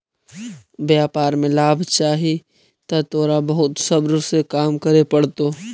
व्यापार में लाभ चाहि त तोरा बहुत सब्र से काम करे पड़तो